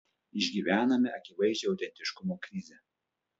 išgyvename akivaizdžią autentiškumo krizę